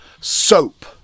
soap